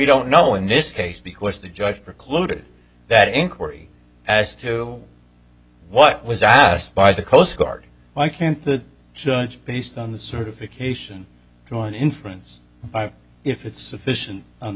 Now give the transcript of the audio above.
don't know in this case because the judge precluded that inquiry as to what was asked by the coast guard why can't the judge based on the certification one inference if it's sufficient on the